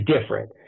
different